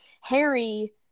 Harry